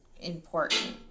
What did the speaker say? important